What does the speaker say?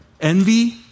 Envy